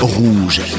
Rouge